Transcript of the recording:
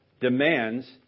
demands